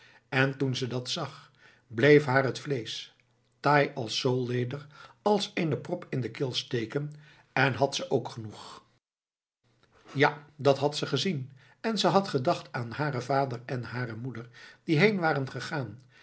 en toen ze dat zag bleef haar het vleesch taai als zoolleder als eene prop in de keel steken en had ze ook genoeg ja dat had ze gezien en ze had gedacht aan haren vader en hare moeder die heen waren gegaan